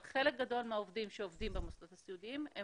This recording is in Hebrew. אבל חלק גדול מהעובדים שעובדים במוסדות הסיעודיים הם